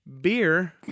Beer